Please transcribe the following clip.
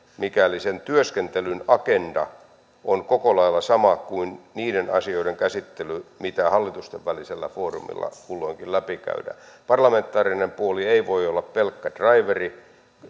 mikäli sen työskentelyn agenda on koko lailla sama kuin niiden asioiden käsittely mitä hallitusten välisellä foorumilla kulloinkin läpikäydään parlamentaarinen puoli ei voi olla pelkkä draiveri